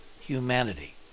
humanity